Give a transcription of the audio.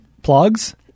Plugs